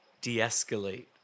de-escalate